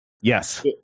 Yes